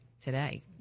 today